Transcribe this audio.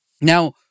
Now